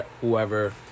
Whoever